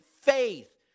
faith